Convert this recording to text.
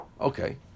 okay